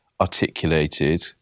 articulated